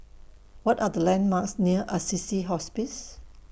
What Are The landmarks near Assisi Hospice